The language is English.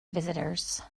visitors